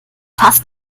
fast